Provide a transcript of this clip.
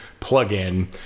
plugin